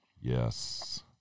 Yes